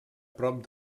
prop